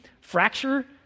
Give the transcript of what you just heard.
fracture